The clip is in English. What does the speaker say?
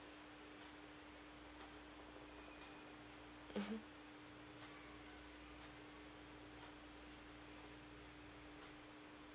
mmhmm